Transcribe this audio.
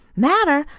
matter?